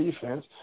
defense